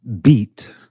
beat